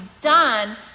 done